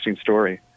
story